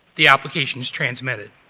the application is transmitted.